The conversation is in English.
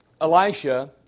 Elisha